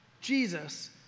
Jesus